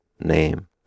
name